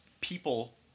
people